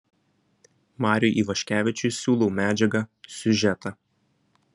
mariui ivaškevičiui siūlau medžiagą siužetą